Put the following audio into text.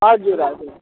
हजुर हजुर